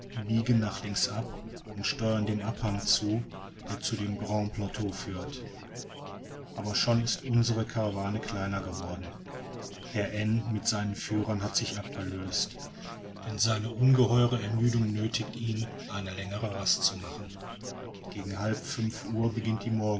biegen nach links ab und steuern dem abhang zu der zu dem grand plateau führt aber schon ist unsere karawane kleiner geworden herr n mit seinen führern hat sich abgelöst denn seine ungeheure ermüdung nöthigt ihn eine längere rast zu machen gegen halb fünf uhr beginnt die